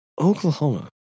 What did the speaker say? Oklahoma